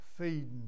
feeding